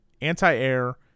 anti-air